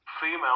Female